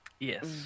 Yes